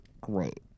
great